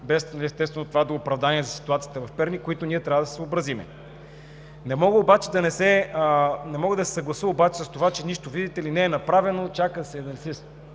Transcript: естествено, без това да оправдае ситуацията в Перник, с които ние трябва да се съобразим. Не мога обаче да се съглася с това, че нищо, видите ли, не е направено, чака се да се